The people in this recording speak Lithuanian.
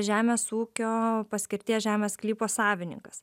žemės ūkio paskirties žemės sklypo savininkas